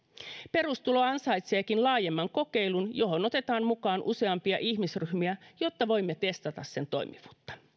perustulo ansaitseekin laajemman kokeilun johon otetaan mukaan useampia ihmisryhmiä jotta voimme testata sen toimivuutta